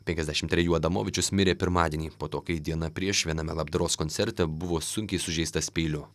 penkiasdešimt trejų adamovičius mirė pirmadienį po to kai dieną prieš viename labdaros koncerte buvo sunkiai sužeistas peiliu